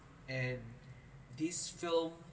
and these film